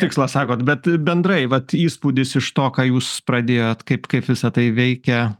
tikslas sakot bet bendrai vat įspūdis iš to ką jūs pradėjot kaip kaip visa tai veikia